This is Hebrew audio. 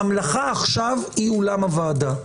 הממלכה עכשיו היא אולם הוועדה.